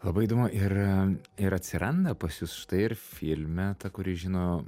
labai įdomu ir ir atsiranda pas jus štai ir filme ta kuri žino